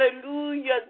hallelujah